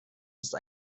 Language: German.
ist